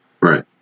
Right